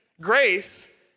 Grace